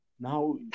now